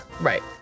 Right